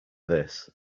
this